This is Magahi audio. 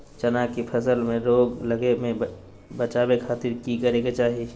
चना की फसल में रोग लगे से बचावे खातिर की करे के चाही?